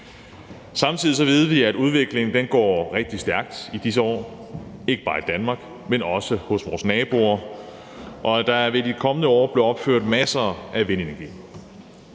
Samtidig ved vi også, at udviklingen i disse år går rigtig stærkt, ikke bare i Danmark, men også hos vores naboer, og der vil i de kommende år blive opført masser af vindenergi.